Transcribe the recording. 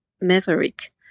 Maverick